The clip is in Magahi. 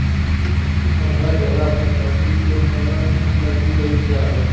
ठन्डा जगह पर बकरी के पालन ऊन लगी कईल जा हइ